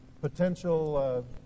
potential